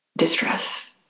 distress